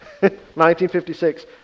1956